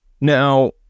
Now